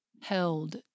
held